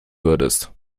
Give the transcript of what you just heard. würdest